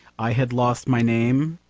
i had lost my name,